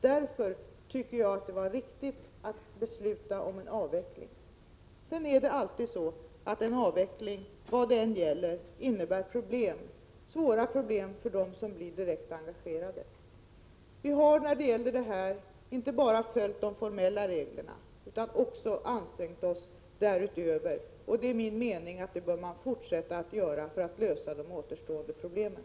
Därför tycker jag att det var riktigt att besluta om en avveckling. Sedan är det alltid så att en avveckling, vad det än gäller, innebär problem, svåra problem för dem som är direkt engagerade. Vi har i det här fallet inte bara följt de formella reglerna utan också ansträngt oss därutöver. Det är min mening att man bör fortsätta att göra det för att lösa de återstående problemen.